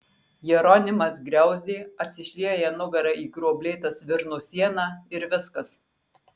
jeronimas griauzdė atsišlieja nugara į gruoblėtą svirno sieną ir viskas